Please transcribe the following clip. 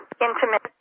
intimate